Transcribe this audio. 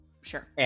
Sure